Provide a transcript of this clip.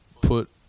put